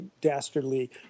dastardly